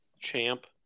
champ